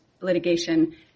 litigation